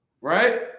right